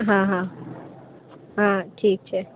હાં હાં હાં ઠીક છે